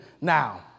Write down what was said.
now